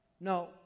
No